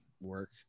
work